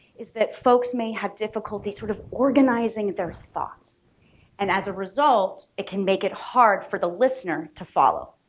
is that folks may have difficulty sort of organizing their thoughts and as a result it can make it hard for the listener to follow.